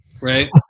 right